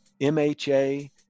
MHA